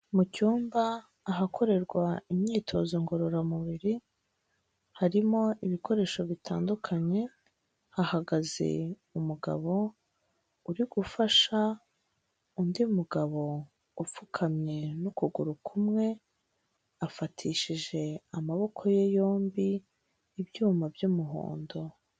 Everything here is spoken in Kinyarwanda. Mu cyumba ahakorerwa imyitozo ngororamubiri, harimo ibikoresho bitandukanye, hahagaze umugabo uri gufasha undi mugabo upfukamye n'ukuguru kumwe, afatishije amaboko ye yombi ibyuma by'umuhondo.